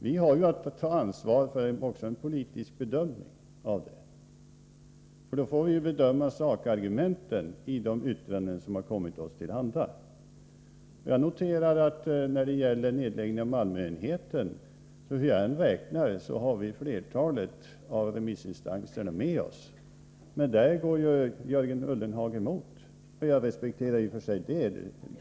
Vi har ju att ta ansvar för en politisk bedömning. Vi får bedöma sakargumenten i de yttranden som kommit oss till handa. När det gäller nedläggningen av Malmöenheten noterar jag att hur jag än räknar, har vi flertalet remissinstanser med oss. Där går Jörgen Ullenhag emot, och det respekterar jag i och för sig.